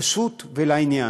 פשוט ולעניין.